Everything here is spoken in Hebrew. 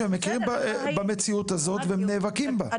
שהם מכירים במציאות הזאת והם נאבקים בה,